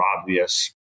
obvious